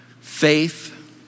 Faith